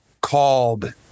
called